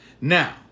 Now